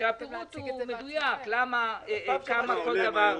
כשהפירוט הוא מדויק, כמה כל דבר.